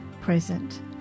present